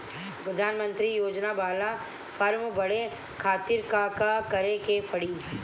प्रधानमंत्री योजना बाला फर्म बड़े खाति का का करे के पड़ी?